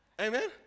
Amen